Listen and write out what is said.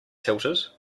tilted